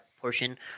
portion